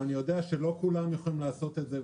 ואני יודע שלא כולם יכולים לעשות את זה,